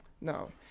No